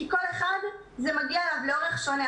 כי לכל אחד זה מגיע לאורך שונה.